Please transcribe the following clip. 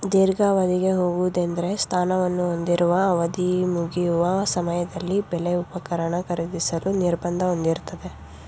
ದೀರ್ಘಾವಧಿಗೆ ಹೋಗುವುದೆಂದ್ರೆ ಸ್ಥಾನವನ್ನು ಹೊಂದಿರುವ ಅವಧಿಮುಗಿಯುವ ಸಮಯದಲ್ಲಿ ಬೆಲೆ ಉಪಕರಣ ಖರೀದಿಸಲು ನಿರ್ಬಂಧ ಹೊಂದಿರುತ್ತಾರೆ